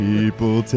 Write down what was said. People